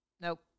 nope